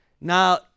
Now